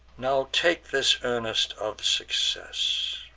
now take this earnest of success,